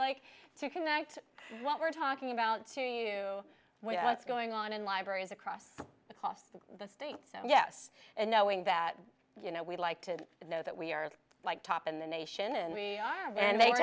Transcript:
like to connect what we're talking about to you what's going on in libraries across across the state so yes and knowing that you know we like to know that we are like top in the nation and we are and they